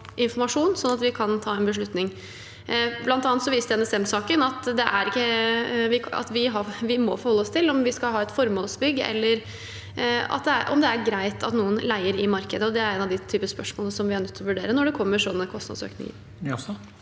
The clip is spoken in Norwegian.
at vi kan ta en beslutning. Blant annet viste NSM-saken at vi må forholde oss til om vi skal ha et formålsbygg, eller om det er greit at noen leier i markedet. Det er et av den typen spørsmål vi er nødt til å vurdere når det kommer sånne kostnadsøkninger.